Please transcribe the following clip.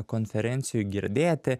konferencijų girdėti